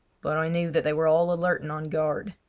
but i knew that they were all alert and on guard.